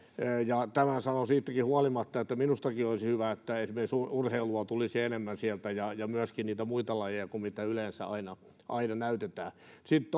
tämän sanon siitäkin huolimatta että minustakin olisi hyvä että esimerkiksi urheilua tulisi sieltä enemmän ja myöskin muita lajeja kuin mitä yleensä aina aina näytetään sitten